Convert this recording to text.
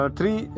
Three